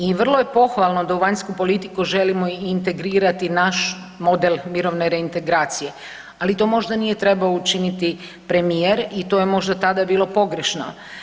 I vrlo je pohvalno da u vanjsku politiku želimo integrirati naš model mirovne reintegracije, ali to možda nije trebao učiniti premijer i to je možda tada bilo pogrešno.